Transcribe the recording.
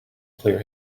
clear